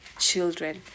children